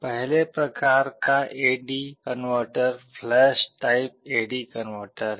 पहले प्रकार का AD converter flash type AD converter है